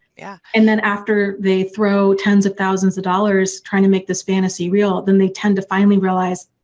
yeah. and then after they throw tens of thousands of dollars trying to make this fantasy real then they tend to finally realize,